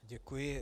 Děkuji.